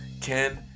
Ken